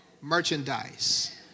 merchandise